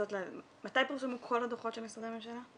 מתי פורסמו כל הדוחות של משרדי הממשלה?